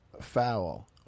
foul